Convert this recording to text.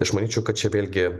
aš manyčiau kad čia vėlgi